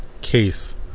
case